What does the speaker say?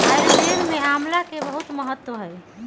आयुर्वेद में आमला के बहुत महत्व हई